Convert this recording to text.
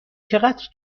چقدر